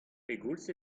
pegoulz